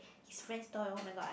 his friend's toy oh-my-god I